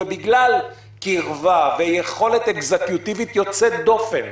ובגלל קירבה ויכולות אקזקוטיבית יוצאות דופן,